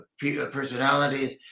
personalities